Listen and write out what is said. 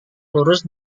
lurus